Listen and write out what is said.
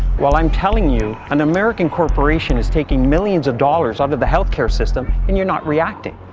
well, i'm telling you an american corporation is taking millions of dollars out of the healthcare system, and you're not reacting,